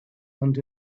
and